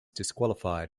disqualified